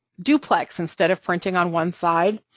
duplex instead of printing on one side,